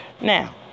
now